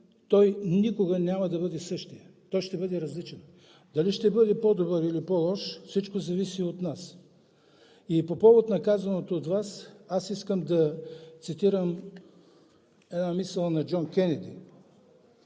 той никога няма да бъде същият – ще бъде различен. Дали ще бъде по-добър, или по-лош – всичко зависи от нас. По повод на казаното от Вас искам да цитирам една мисъл на Джон Кенеди: